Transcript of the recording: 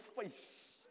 face